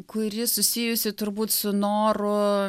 kuri susijusi turbūt su noru